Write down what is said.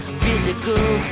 physical